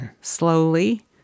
slowly